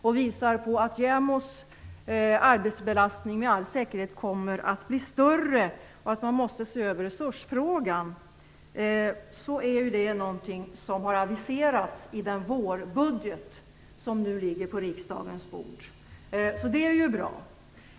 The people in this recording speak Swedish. Vi visar att JämO:s arbetsbelastning med all säkerhet kommer att bli större och att man måste se över resursfrågan. Det är något som har aviserats i den vårbudget som nu ligger på riksdagens bord. Det är ju bra.